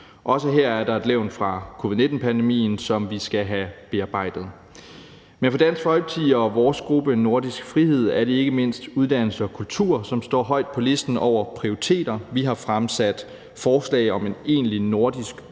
Også her er der et levn fra covid-19-pandemien, som vi skal have bearbejdet. For Dansk Folkeparti og for vores gruppe, Nordisk Frihed, er det ikke mindst uddannelse og kultur, som står højt på listen over prioriteter. Vi har fremsat forslag om en egentlig nordisk